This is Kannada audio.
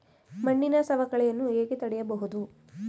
ಮಣ್ಣಿನ ಸವಕಳಿಯನ್ನು ಹೇಗೆ ತಡೆಯಬಹುದು?